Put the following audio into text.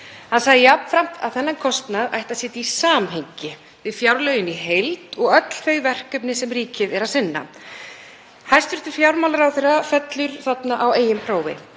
Hann sagði jafnframt að þennan kostnað ætti að setja í samhengi við fjárlögin í heild og öll þau verkefni sem ríkið sinnir. Hæstv. fjármálaráðherra fellur þarna á eigin prófi.